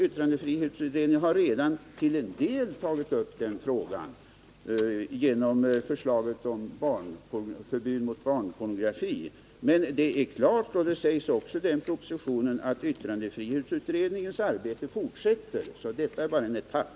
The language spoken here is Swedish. Yttrandefrihetsutredningen har redan till en del tagit upp denna fråga genom förslaget om förbud mot barnpornografi. Men självfallet fortsätter utredningen sitt arbete, vilket också sägs i propositionen. Detta är alltså bara en etapp.